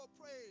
praise